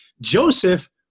Joseph